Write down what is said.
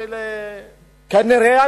כנראה,